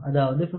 அதாவது 57